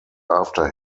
after